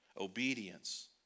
Obedience